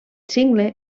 cingle